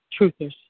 truthers